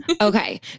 Okay